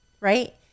right